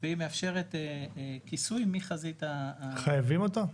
והיא מאפשרת כיסוי מחזית --- חייבים אותה,